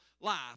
life